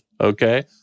Okay